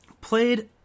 played